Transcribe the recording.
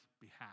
behalf